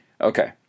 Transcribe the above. Okay